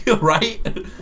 Right